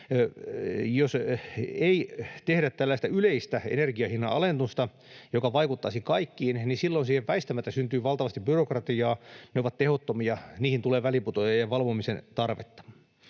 Jos ei tehdä tällaista yleistä energian hinnan alennusta, joka vaikuttaisi kaikkiin, niin silloin siihen väistämättä syntyy valtavasti byrokratiaa, se on tehotonta, siihen tulee väliinputoajia ja valvomisen tarvetta.